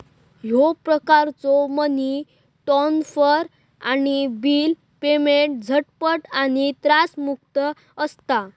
ह्यो प्रकारचो money transfer आणि बिल पेमेंट झटपट आणि त्रासमुक्त असता